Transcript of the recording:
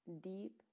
deep